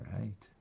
right